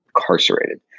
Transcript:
incarcerated